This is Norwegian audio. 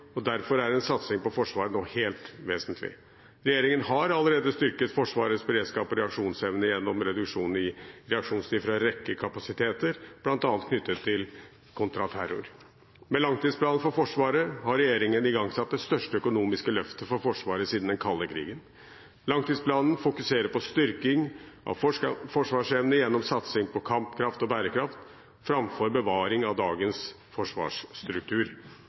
klartid. Derfor er en satsing på Forsvaret nå helt vesentlig. Regjeringen har allerede styrket Forsvarets beredskap og reaksjonsevne gjennom reduksjon i reaksjonstid for en rekke kapasiteter, bl.a. knyttet til kontraterror. Med langtidsplanen for Forsvaret har regjeringen igangsatt det største økonomiske løftet for Forsvaret siden den kalde krigen. Langtidsplanen fokuserer på styrking av forsvarsevnen gjennom satsing på kampkraft og bærekraft framfor bevaring av dagens forsvarsstruktur.